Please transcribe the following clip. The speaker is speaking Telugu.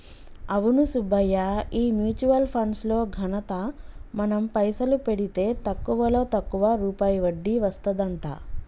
అవును సుబ్బయ్య ఈ మ్యూచువల్ ఫండ్స్ లో ఘనత మనం పైసలు పెడితే తక్కువలో తక్కువ రూపాయి వడ్డీ వస్తదంట